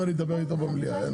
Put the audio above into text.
אני אדבר איתו במליאה.